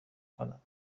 کنند